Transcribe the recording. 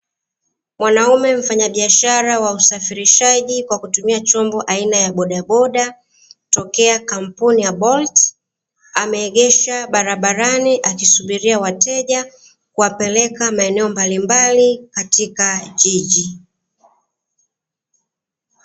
Mwanaume mfanyabiashara wa usafirishaji kwa kutumia chombo aina ya bodaboda tokea kampuni ya "bolt",ameegesha barabarani akisubiria wateja kuwapeleka maaneo mbalimbali katika jiji.